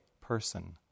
person